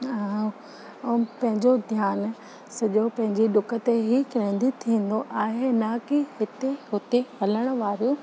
ऐं पंहिंजो ध्यानु सॼो पंहिंजी डुक ते ई केंद्रित थींदो आहे न कि हिते हुते हलणु वारो